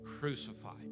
crucified